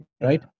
right